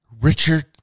Richard